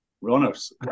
runners